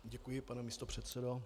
Děkuji, pane místopředsedo.